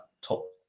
top